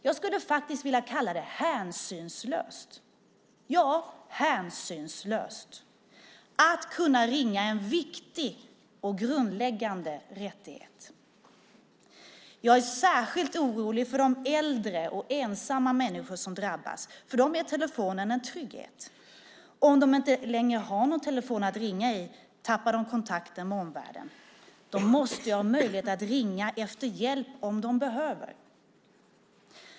Jag skulle faktiskt vilja kalla det hänsynslöst - ja, hänsynslöst. Att kunna ringa är en viktig och grundläggande rättighet. Jag är särskilt orolig för de äldre och ensamma människor som drabbas. För dem är telefonen en trygghet. Om de inte längre har någon telefon att ringa i tappar de kontakten med omvärlden. De måste ju ha möjlighet att ringa efter hjälp om de behöver.